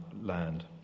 land